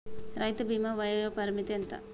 రైతు బీమా వయోపరిమితి ఎంత?